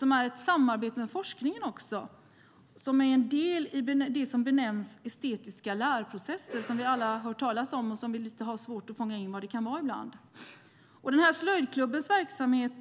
Den är ett samarbete med forskningen och är en del i det som benämns estetiska lärprocesser, som vi alla har hört talas om och som vi ibland har svårt att fånga in vad det kan vara. Slöjdklubbens verksamhet